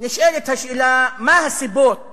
נשאלת השאלה: מה הסיבות